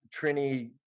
Trini